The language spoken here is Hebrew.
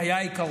זה היה עיקרון